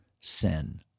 sin